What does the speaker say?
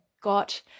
got